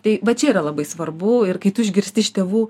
tai vat čia yra labai svarbu ir kai tu išgirsti iš tėvų